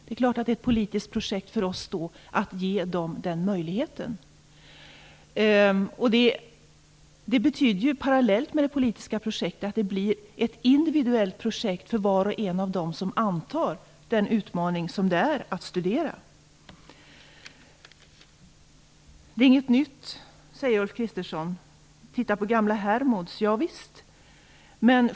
Självfallet är det ett politiskt projekt för oss att ge dem möjligheten att få det. Det betyder att det parallellt med det politiska projektet blir ett individuellt projekt för var och en av dem som antar den utmaning som det innebär att studera. Det är inget nytt, sade Ulf Kristersson, titta på gamla Hermods.